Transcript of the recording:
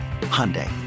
Hyundai